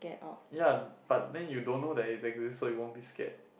ya but then you don't know that is exist so you won't be scared